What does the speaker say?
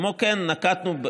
כמו כן, נקטנו,